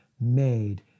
made